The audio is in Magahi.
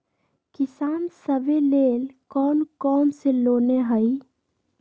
किसान सवे लेल कौन कौन से लोने हई?